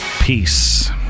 peace